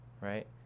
right